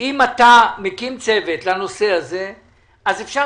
אם אתה מקים צוות לנושא הזה אז אפשר